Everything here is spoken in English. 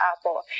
apple